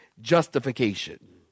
Justification